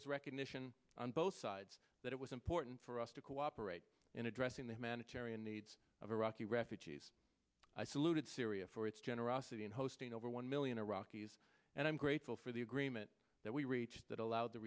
was recognition on both sides that it was important for us to cooperate in addressing the manage area needs of iraqi refugees i saluted syria for its generosity in hosting over one million iraqis and i'm grateful for the agreement that we reached that allowed t